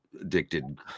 addicted